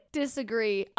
disagree